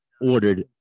ordered